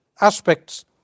aspects